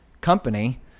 company